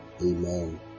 Amen